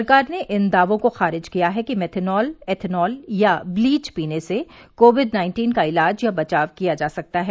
सरकार ने इन दावों को खारिज किया है कि मेथेनॉल एथेनॉल या ब्लीच पीने से कोविड नाइन्टीन का इलाज या बचाव किया जा सकता है